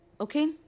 Okay